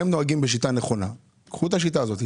הם נוהגים בשיטה נכונה קחו את השיטה הזאת,